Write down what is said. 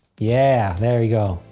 yeah, there we go!